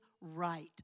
right